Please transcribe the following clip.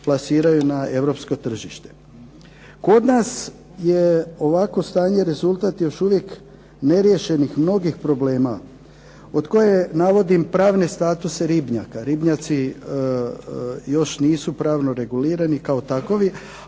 na europsko tržište. Kod nas je ovako stanje rezultat još uvijek neriješenih mnogih problema od koje navodim pravne statuse ribnjaka. Ribnjaci još nisu pravno regulirani kao takovi,